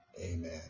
Amen